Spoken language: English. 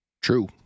True